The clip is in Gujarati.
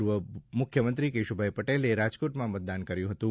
પૂર્વ મુખ્યમંત્રી કેશુભાઇ પટેલે રાજકોટમાં મતદાન કર્યું હતું